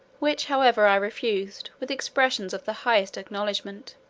which, however, i refused, with expressions of the highest acknowledgment.